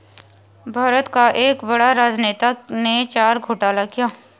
भारत का एक बड़ा राजनेता ने चारा घोटाला किया